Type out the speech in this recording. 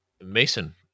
Mason